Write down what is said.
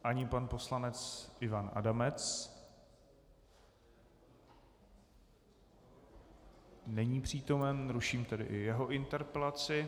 Ani pan poslanec Ivan Adamec není přítomen, ruším tedy i jeho interpelaci.